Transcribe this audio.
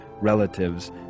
relatives